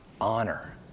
Honor